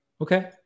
Okay